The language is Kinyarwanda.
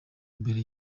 mbere